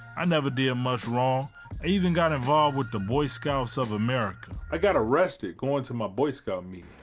i never did much wrong. i even got involved with the boy scouts of america. i got arrested going to my boy scout meeting.